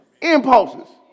impulses